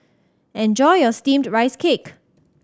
enjoy your Steamed Rice Cake